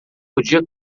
podia